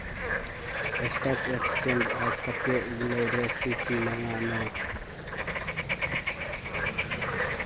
stock exchange आय कते उगलै रै सूची मंगा ने